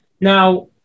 now